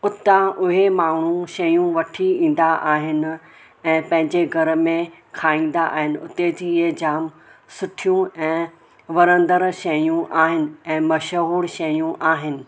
उतां उहे माण्हू शयूं ईंदा आहिनि ऐं पंहिंजे घर में खाईंदा आहिनि ऐं उते जीअं जाम सुठियूं ऐं वणंदड़ शयूं आहिनि ऐं मशहूरु शयूं आहिनि